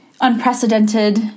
unprecedented